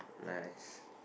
nice